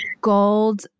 Gold